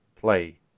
play